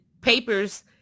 papers